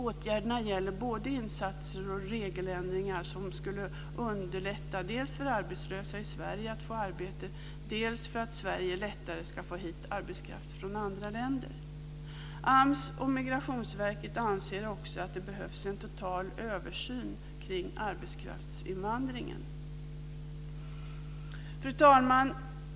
Åtgärderna gäller både insatser och regeländringar som skulle underlätta dels för arbetslösa i Sverige att få arbete, dels för Sverige att få hit arbetskraft från andra länder. AMS och Migrationsverket anser också att det behövs en total översyn kring arbetskraftsinvandringen. Fru talman!